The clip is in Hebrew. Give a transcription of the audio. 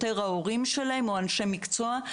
יותר ההורים שלהם או אנשי מקצוע.